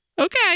Okay